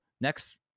next